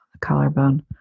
Collarbone